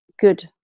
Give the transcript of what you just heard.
good